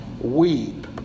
weep